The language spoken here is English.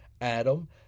Adam